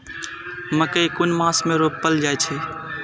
मकेय कुन मास में रोपल जाय छै?